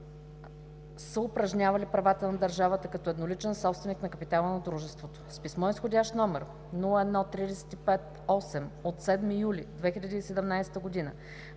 са упражнявали правата на държавата като едноличен собственик на капитала на дружеството. С писмо изх. № №01.35-8/07 юли 2017 г.